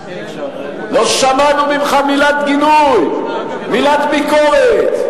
לא שמענו ממך מילת גינוי, מילת ביקורת.